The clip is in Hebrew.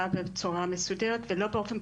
איתנו כאן בגלל התחלואה הגבוהה שמתפשטת בארץ.